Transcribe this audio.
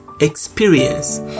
experience